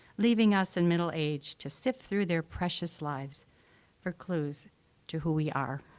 leaving us in middle age to sift through their precious lives for clues to who we are.